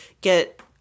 get